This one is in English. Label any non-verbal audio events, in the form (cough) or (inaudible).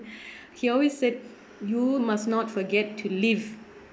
(breath) he always said you must not forget to live